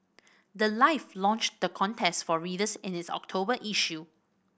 the life launched the contest for readers in its October issue